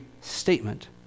statement